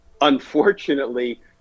unfortunately